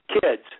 Kids